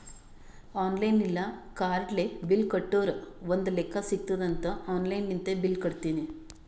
online ಇಲ್ಲ ಕಾರ್ಡ್ಲೆ bill ಕಟ್ಟುರ್ ಒಂದ್ ಲೆಕ್ಕಾ ಸಿಗತ್ತುದ್ ಅಂತ್ ಆನ್ಲೈನ್ ಲಿಂತೆ ಬಿಲ್ ಕಟ್ಟತ್ತಿನಿ